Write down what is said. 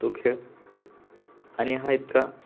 तो खेळ आणि हा इतका